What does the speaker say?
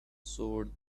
sword